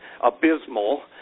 abysmal